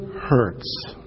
hurts